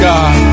God